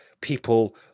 people